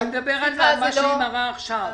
אני מדבר על מה שהיא מראה עכשיו.